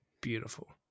beautiful